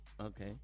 Okay